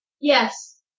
Yes